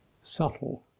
subtle